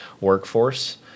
workforce